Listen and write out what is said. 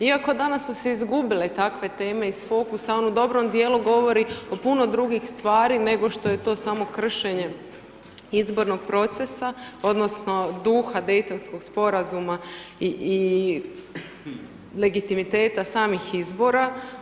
Iako, danas su se izgubile takve teme iz fokusa, on u dobrom dijelu govori o puno drugih stvari nego što je to samo kršenje izbornog procesa, odnosno duha Daytonskog sporazuma i legitimiteta samih izbora.